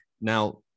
Now